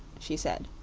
she said,